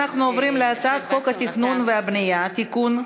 אנחנו עוברים להצעת חוק התכנון והבנייה (תיקון,